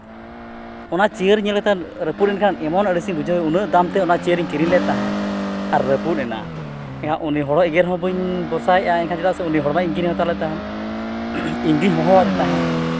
ᱚᱱᱟ ᱪᱤᱭᱟᱹᱨ ᱧᱮᱞᱮᱫ ᱛᱟᱦᱮᱱ ᱨᱟᱹᱯᱩᱫ ᱮᱱ ᱠᱷᱟᱱ ᱮᱢᱚᱱ ᱟᱹᱲᱤᱥ ᱤᱧ ᱵᱩᱡᱷᱟᱹᱣ ᱩᱱᱟᱹᱜ ᱫᱟᱢᱛᱮ ᱚᱱᱟ ᱪᱤᱭᱟᱹᱨᱤᱧ ᱠᱤᱨᱤᱧ ᱞᱮᱫ ᱛᱟᱦᱮᱸ ᱟᱨ ᱨᱟᱹᱯᱩᱫ ᱮᱱᱟ ᱮᱭᱟᱹ ᱩᱱᱤ ᱦᱚᱲ ᱦᱚᱸ ᱮᱜᱮᱨ ᱦᱚᱸ ᱵᱟᱹᱧ ᱵᱷᱚᱨᱥᱟᱭᱮᱫᱼᱟ ᱮᱱᱠᱷᱟᱱ ᱪᱮᱫᱟᱜ ᱥᱮ ᱩᱱᱤ ᱦᱚᱲᱢᱟ ᱤᱧᱜᱮᱧ ᱱᱮᱶᱛᱟ ᱞᱮᱫᱮ ᱛᱟᱦᱮᱸᱫ ᱤᱧᱜᱮᱧ ᱦᱚᱦᱚ ᱟᱫᱮ ᱛᱟᱦᱮᱸᱫ